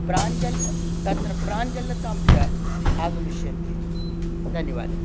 प्राञ्जल् तत्र प्राञ्जलताञ्च आगमिष्यन्ति धन्यवादः